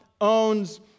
owns